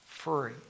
free